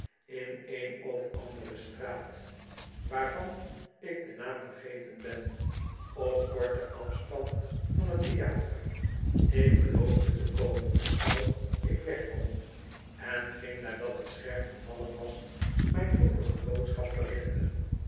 in een of andere straat waarvan ik den naam vergeten ben op korten afstand van het theater ik beloofde te komen zoo gauw ik weg kon en ging nadat het scherm gevallen was mijn droevige boodschap verrichten